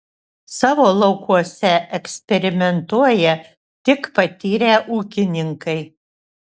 savo laukuose eksperimentuoja tik patyrę ūkininkai